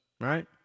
right